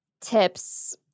tips